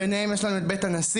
יש לנו את בית הנשיא,